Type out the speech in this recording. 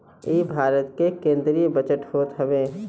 इ भारत के केंद्रीय बजट होत हवे